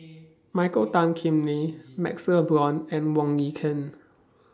Michael Tan Kim Nei MaxLe Blond and Wong Lin Ken